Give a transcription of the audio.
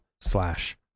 slash